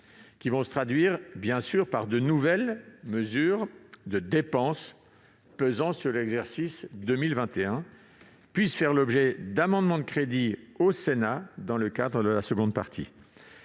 qui vont se traduire par de nouvelles mesures de dépenses pesant sur l'exercice 2021, puissent faire l'objet d'amendements de crédit au Sénat dans le cadre de la seconde partie.